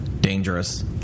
dangerous